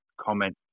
comment